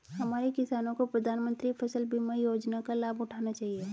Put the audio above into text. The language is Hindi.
हमारे किसानों को प्रधानमंत्री फसल बीमा योजना का लाभ उठाना चाहिए